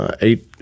eight